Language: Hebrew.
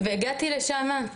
הגעתי לשם.